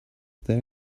there